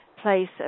place